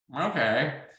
okay